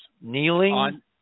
kneeling